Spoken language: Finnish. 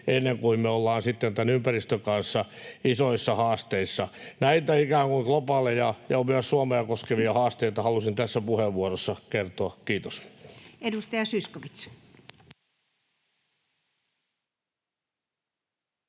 ennen kuin me ollaan sitten tämän ympäristön kanssa isoissa haasteissa. Näitä ikään kuin globaaleja ja myös Suomea koskevia haasteita halusin tässä puheenvuorossani kertoa. — Kiitos. [Speech